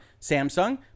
Samsung